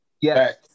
Yes